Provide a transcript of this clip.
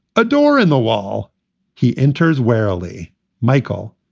a door in the wall he enters wearily michael,